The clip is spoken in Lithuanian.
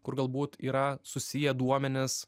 kur galbūt yra susiję duomenys